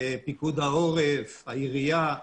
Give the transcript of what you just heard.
פיקוד העורף, העירייה?